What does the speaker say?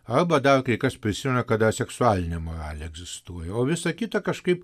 arba dar kai kas prisimena kad dar seksualinė moralė egzistuoja o visa kita kažkaip